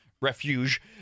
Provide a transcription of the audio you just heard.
refuge